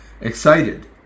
excited